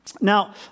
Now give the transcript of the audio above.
Now